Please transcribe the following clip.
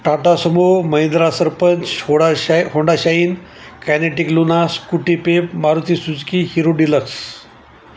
Tata Sumo Mahindra Sarpanch Honda Shine Kinetic Luna Scooty Pep Maruti Suzuki Hero deluxe